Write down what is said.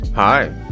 Hi